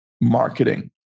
marketing